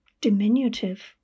diminutive